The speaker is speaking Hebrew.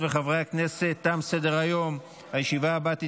שבעה בעד,